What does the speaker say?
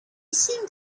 seemed